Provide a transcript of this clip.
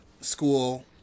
school